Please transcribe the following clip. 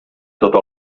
sota